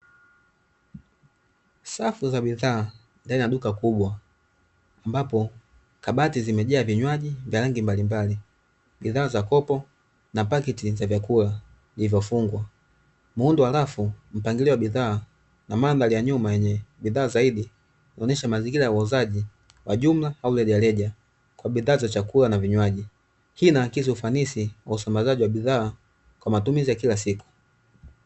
Safu za bidhaa ndani ya duka kubwa, ambapo kabati zimejaa vinywaji vya rangi mbalimbali, bidhaa za kopo na paketi za vyakula vilivyofungwa. Muundo wa rafu, mpangilio wa bidhaa na mandhari ya nyuma yenye bidhaa zaidi inaonyesha mazingira ya uuzaji wa jumla au rejareja kwa bidhaa za chakula na vinywaji. Hii inaakisi ufanisi wa usambazaji wa bidhaa kwa matumizi ya kila siku.